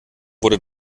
wurde